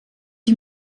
die